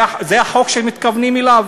זה החוק שמתכוונים אליו?